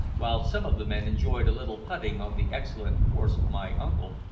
while some of the men enjoyed a little putting on the excellent course my uncle,